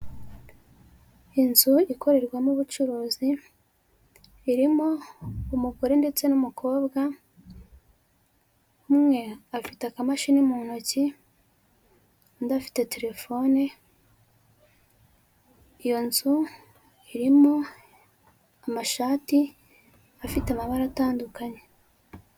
Inzu ikorerwamo ubucuruzi, irimo umugore ndetse n'umukobwa, umwe afite akamashini mu ntoki, undi afite telefone, iyo nzu irimo amashati afite amabara atandukanye.